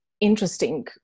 Interesting